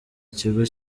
kigo